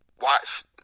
watch